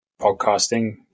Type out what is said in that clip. podcasting